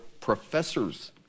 professors